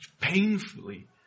painfully